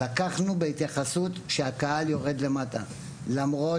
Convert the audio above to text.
לקחנו בהתייחסות שהקהל יורד למטה וזאת